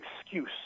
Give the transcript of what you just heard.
excuse